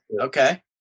Okay